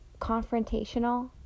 confrontational